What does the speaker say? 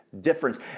difference